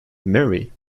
mary